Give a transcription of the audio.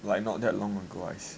oh like not that long ago I see